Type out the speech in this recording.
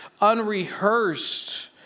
unrehearsed